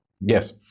Yes